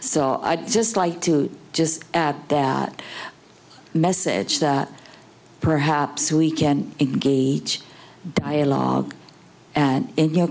so i'd just like to just add that message that perhaps we can engage dialogue in your